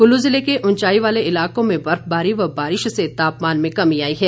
कुल्लू जिले के ऊंचाई वाले इलाकों में बर्फबारी व बारिश से तापमान में कमी आई है